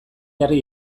jarri